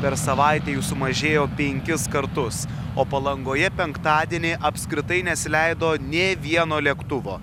per savaitę jų sumažėjo penkis kartus o palangoje penktadienį apskritai nesileido nė vieno lėktuvo